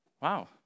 Wow